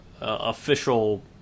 official